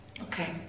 Okay